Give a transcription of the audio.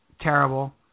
terrible